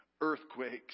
earthquakes